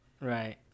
right